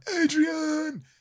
Adrian